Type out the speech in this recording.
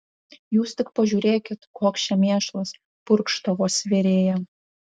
jūs tik pažiūrėkit koks čia mėšlas purkštavo svėrėja